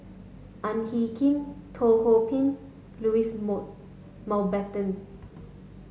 Ang Hin Kee Teo Ho Pin Louis Mountbatten